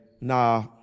nah